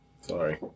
sorry